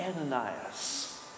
Ananias